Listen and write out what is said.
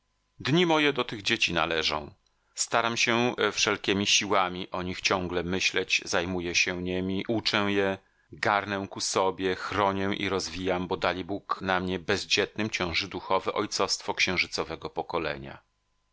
dni moje do tych dzieci należą staram się wszelkiemi siłami o nich ciągle myśleć zajmuję się niemi uczę je garnę ku sobie chronię i rozwijam bo dalibóg na mnie bezdzietnym ciąży duchowe ojcowstwo księżycowego pokolenia